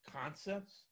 concepts